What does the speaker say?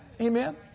Amen